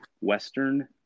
Western